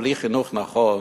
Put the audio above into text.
בלי חינוך נכון